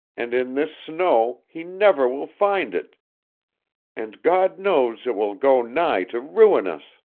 and in this snow he never will find it and god knows it will go nigh to ruin us.